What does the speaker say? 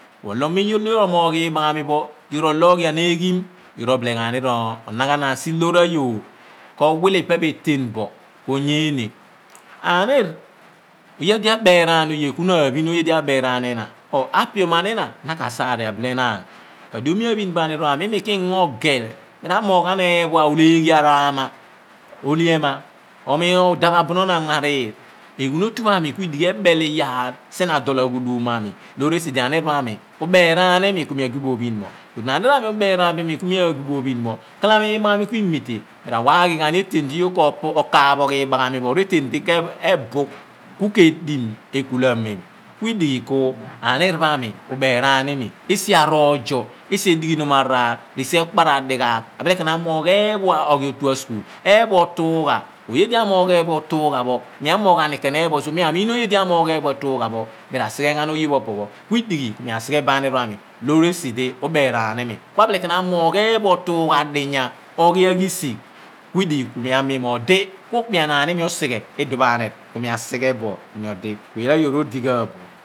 Kuolo mem lo yoor omoogh iboughami pho yoor olooghian eghim obile ghan ni ronaghanan si loor ayoor ko wile pe meten bo ku onyeene anir oye di abeeran oye kuna aphin oye di abeeran ina or, apioman ina na ka sar alorlenaan ka dio pho mi aphin bo ahnir pho ami imi k/ingo ogel, mi ra/moogh eephua oleeghi yogh arama, ohie ehma, mo mi odaph abunon anmariir eghunotu pho aami ku idighi ebel iyaar sien adol aghudum mo aami loor esi di ahnir pho aami uberaan iimi ku mi aphin bo ku iduon anir pho aami uberaan bo iimi ku mi agbi bo ophin pho, ghalamo ibaghami ku imite, mi rawaaghi ghan ni reten di yoor kokaaphogh iibaghami pho reten di ke/bugh ku ke dim ekula amem ku idighi ku ahnir pho ubeeraan ni imi esi aroozo esi edighinom araar re esi okpar adighaagh bile ken amoogh eephua oghi otu askul, eephua otuugha oye lo aamoogh ee phya ootugha pho, mi amoogh aani eephua ootugha so mi amiin oye di amoogh aani eephua otuugha pho, mi ra sighe ghan oye pho opo pho ku idighi ku mi asighe bo ahnir pho aami loor esi di ubeeraan iimi ku abile ken amoogh eephua otuugha adinya, oghi aghisigh ku idighi ku mi amiin mo odi ku ukpeanaan nimi oseghe idipho ahnir ku mi asighe bo nyodi ku iyal ayoor odighan bo.